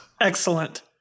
excellent